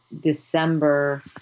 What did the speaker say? December